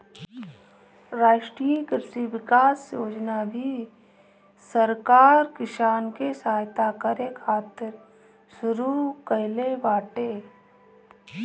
राष्ट्रीय कृषि विकास योजना भी सरकार किसान के सहायता करे खातिर शुरू कईले बाटे